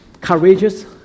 courageous